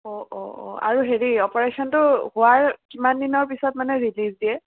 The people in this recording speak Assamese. অঁ অঁ অঁ আৰু হেৰি অপাৰেশ্যনটো হোৱাৰ কিমান দিনৰ পাছত মানে ৰিলিজ দিয়ে